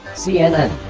cnn